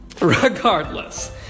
Regardless